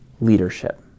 leadership